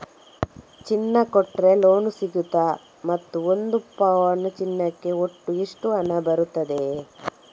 ಚಿನ್ನ ಕೊಟ್ರೆ ಲೋನ್ ಸಿಗ್ತದಾ ಮತ್ತು ಒಂದು ಪೌನು ಚಿನ್ನಕ್ಕೆ ಒಟ್ಟು ಎಷ್ಟು ಹಣ ಬರ್ತದೆ?